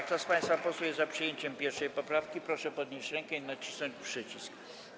Kto z państwa posłów jest za przyjęciem 1. poprawki, proszę podnieść rękę i nacisnąć przycisk.